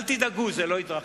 אל תדאגו, זה לא יתרחש.